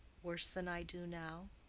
worse than i do now.